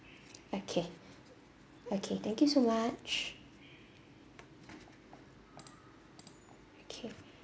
okay okay thank you so much okay